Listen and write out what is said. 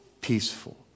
peaceful